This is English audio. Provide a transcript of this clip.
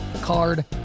card